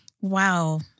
Wow